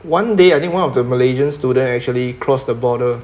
one day I think one of the malaysian student actually cross the border